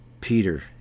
Peter